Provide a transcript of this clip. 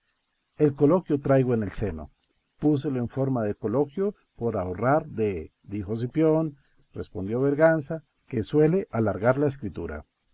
el coloquio traigo en el seno púselo en forma de coloquio por ahorrar de dijo cipión respondió berganza que suele alargar la escritura